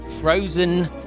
frozen